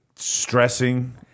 Stressing